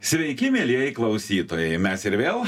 sveiki mielieji klausytojai mes ir vėl